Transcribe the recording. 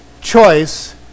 choice